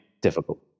Difficult